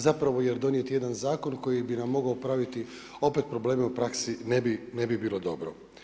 Zapravo jer donijeti jedan zakon koji bi nam mogao praviti opet probleme u praksi ne bi bilo dobro.